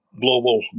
global